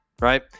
right